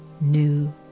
new